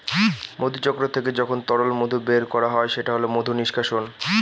মধুচক্র থেকে যখন তরল মধু বের করা হয় সেটা হল মধু নিষ্কাশন